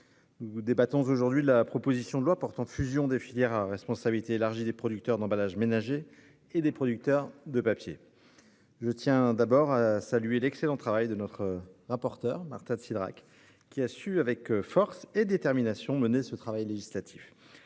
nous débattons aujourd'hui de la proposition de loi portant fusion des filières à responsabilité élargie des producteurs d'emballages ménagers et des producteurs de papier. Je tiens tout d'abord à saluer l'excellent travail de notre rapporteure, Marta de Cidrac, qui a su avec force et détermination mener ce travail législatif,